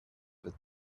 with